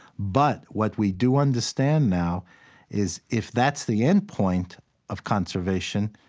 but what we do understand now is if that's the end point of conservation,